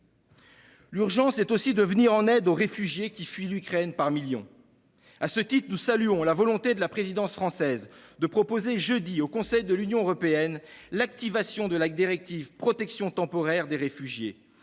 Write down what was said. L'urgence est aussi de venir en aide aux réfugiés qui fuient l'Ukraine par millions. À ce titre, nous saluons la volonté de la présidence française de proposer jeudi prochain au Conseil de l'Union européenne l'activation de la directive relative à des normes